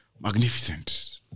magnificent